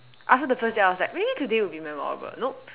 after the first day I was like maybe today will be memorable nope